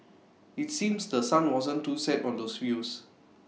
IT seems The Sun wasn't too set on those views